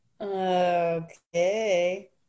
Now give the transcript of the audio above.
Okay